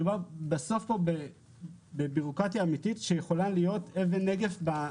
בסוף מדובר כאן בבירוקרטיה אמיתית שיכולה להיות אבן נגף.